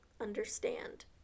understand